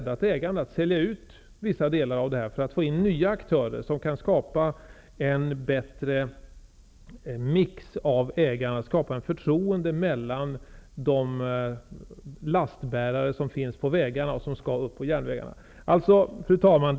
Det handlar då om att det går att sälja ut vissa delar av det här för att få in nya aktörer som kan skapa en bättre mix av ägandet och skapa förtroende när det gäller de lastbärare som finns på vägarna och som skall upp på järnvägarna. Fru talman!